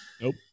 nope